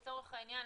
לצורך העניין,